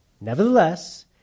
Nevertheless